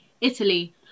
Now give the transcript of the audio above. Italy